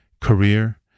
career